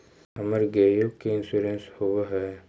हमर गेयो के इंश्योरेंस होव है?